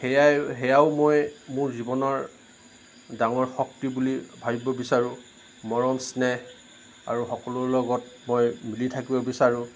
সেয়াই সেয়াও মই মোৰ জীৱনৰ ডাঙৰ শক্তি বুলি ভাবিব বিচাৰোঁ মৰম স্নেহ আৰু সকলোৰ লগত মই মিলি থাকিব বিচাৰোঁ